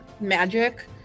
magic